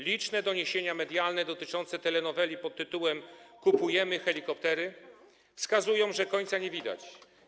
Liczne doniesienia medialne dotyczące telenoweli pt. „Kupujemy helikoptery” wskazują, że końca nie widać.